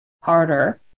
harder